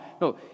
No